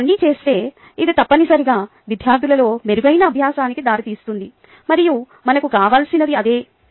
మీరు ఇవన్నీ చేస్తే ఇది తప్పనిసరిగా విద్యార్థులలో మెరుగైన అభ్యాసానికి దారితీస్తుంది మరియు మనకి కావాల్సినది అదే